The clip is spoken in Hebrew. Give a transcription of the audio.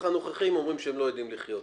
הנוכחי הם אומרים שהם לא יודעים לחיות.